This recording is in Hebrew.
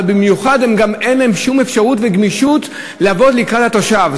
אבל במיוחד אין להם שום אפשרות וגמישות לבוא לקראת התושב.